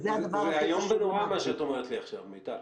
זה איום ונורא מה שאת אומרת לי עכשיו, מיטל.